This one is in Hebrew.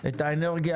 האנרגיה